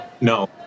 No